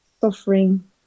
suffering